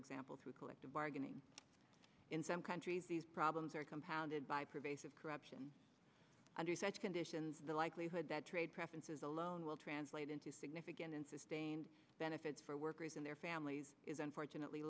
example through collective bargaining in some countries these problems are compounded by pervasive corruption under such conditions the likelihood that trade preferences alone will translate into significant and sustained benefits for workers and their families is unfortunately